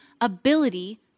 ability